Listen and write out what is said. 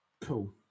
Cool